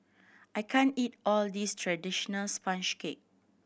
I can't eat all this traditional sponge cake